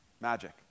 Magic